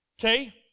Okay